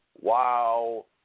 wow